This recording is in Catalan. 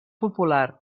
popular